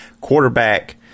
Quarterback